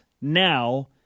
now